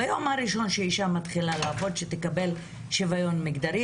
כך שכבר מהיום הראשון לעבודה האישה תקבל שוויון מגדרי,